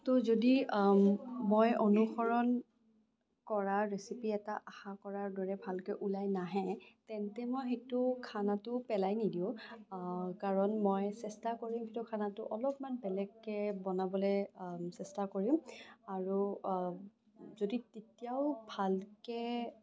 ত' যদি মই অনুসৰণ কৰা ৰেচিপি এটা আশা কৰাৰ দৰে ভালকে ওলাই নাহে তেন্তে মই সেইটো খানাটো পেলাই নিদিও কাৰণ মই চেষ্টা কৰিম খানাটো অলপমান বেলেগকে বনাবলে চেষ্টা কৰিম আৰু যদি তেতিয়াও ভালকে